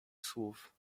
słów